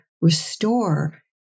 restore